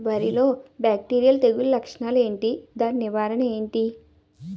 వరి లో బ్యాక్టీరియల్ తెగులు లక్షణాలు ఏంటి? దాని నివారణ ఏంటి?